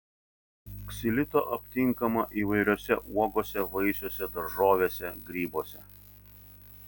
ksilito aptinkama įvairiose uogose vaisiuose daržovėse grybuose